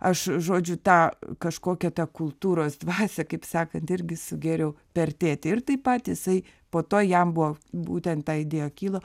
aš žodžiu tą kažkokią tą kultūros dvasią kaip sakant irgi sugėriau per tėtį ir taip pat jisai po to jam buvo būtent ta idėja kilo